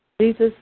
Jesus